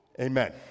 Amen